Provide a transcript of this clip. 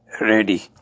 ready